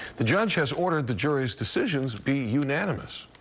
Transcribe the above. the judge has ordered the jury's decisions be unanimous.